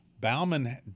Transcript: Bauman